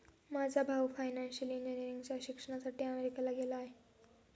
माझा भाऊ फायनान्शियल इंजिनिअरिंगच्या शिक्षणासाठी अमेरिकेला गेला आहे